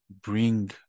bring